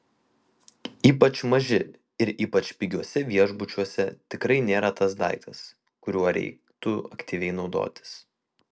ypač maži ir ypač pigiuose viešbučiuose tikrai nėra tas daiktas kuriuo reiktų aktyviai naudotis